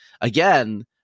again